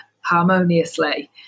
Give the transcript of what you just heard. harmoniously